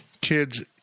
kids